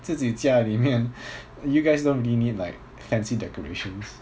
自己家里面 you guys don't really need like fancy decorations